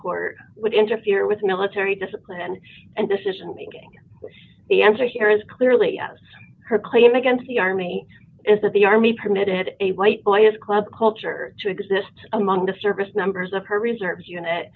court would interfere with military discipline and decision making the answer here is clearly as her claim against the army is that the army permitted a white boys club culture to exist among the service members of her reserves unit